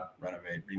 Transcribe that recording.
renovate